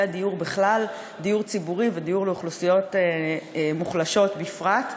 הדיור בכלל ולדיור ציבורי ודיור לאוכלוסיות מוחלשות בפרט,